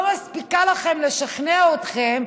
לא מספיקה לכם לשכנע אתכם,